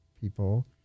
people